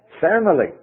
family